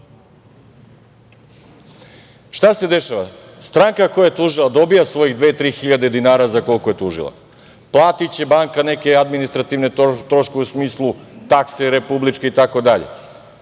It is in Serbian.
se dešava? Stranka koja je tužila dobija svojih dve, tri hiljade dinara za koliko je tužila. Platiće banka neke administrativne troškove, u smislu takse republičke itd.